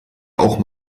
auch